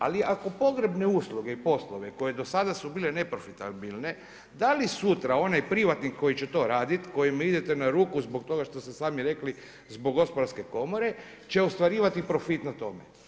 Ali ako pogrebne usluge i poslove koje su do sada bile neprofitabilne, da li sutra onaj privatnik koji će to raditi kojem idete na ruku zbog toga što ste sami rekli zbog Gospodarske komore će ostvarivati profit na tome?